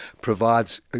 provides